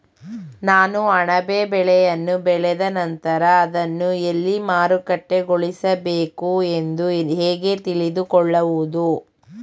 ನಾನು ಅಣಬೆ ಬೆಳೆಯನ್ನು ಬೆಳೆದ ನಂತರ ಅದನ್ನು ಎಲ್ಲಿ ಮಾರುಕಟ್ಟೆಗೊಳಿಸಬೇಕು ಎಂದು ಹೇಗೆ ತಿಳಿದುಕೊಳ್ಳುವುದು?